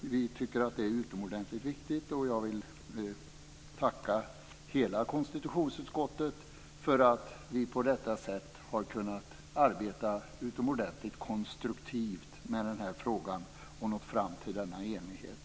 Vi tycker att det är utomordentligt viktigt. Jag vill tacka hela konstitutionsutskottet för att vi på detta sätt har kunnat arbeta utomordentligt konstruktivt med denna fråga och nå fram till denna enighet.